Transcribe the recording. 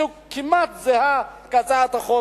כמעט זהה להצעת החוק,